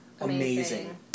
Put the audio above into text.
amazing